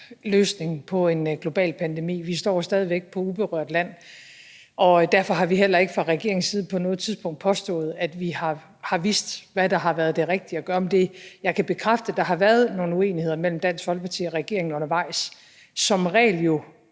løsning på en global pandemi. Vi står stadig væk på uberørt land, og derfor har vi heller ikke fra regeringens side på noget tidspunkt påstået, at vi har vidst, hvad der har været det rigtige at gøre. Men jeg kan bekræfte, at der har været nogle uenigheder mellem Dansk Folkeparti og regeringen undervejs; som regel